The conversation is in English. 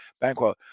Banquo